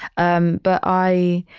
um but i,